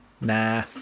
Nah